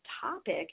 topic